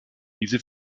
diese